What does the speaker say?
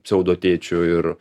pseudotėčiu ir